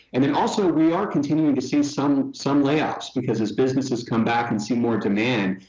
and then also we are continuing to see some some layoffs. because as businesses come back and see more demand,